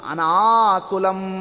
Anakulam